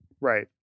right